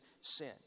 sin